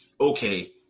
Okay